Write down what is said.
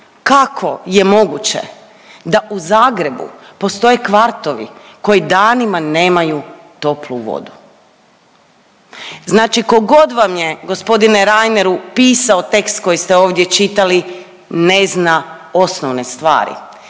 kako je moguće da u Zagrebu postoje kvartovi koji danima nemaju toplu vodu. Znači tko god vam je gospodine Reineru pisao tekst koji ste ovdje čitali ne zna osnovne stvari.